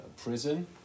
prison